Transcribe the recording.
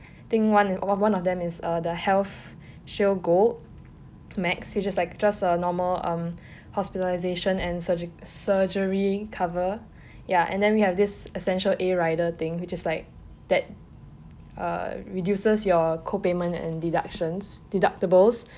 I think one one of them is uh the health shield gold max which is just like just a normal um hospitalisation and surger~ surgery cover ya and then we have this essential A rider thing which just like that uh reduces your co-payment and deductions deductibles